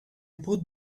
put